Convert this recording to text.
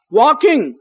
walking